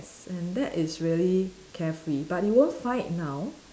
and that is really carefree but you won't find it now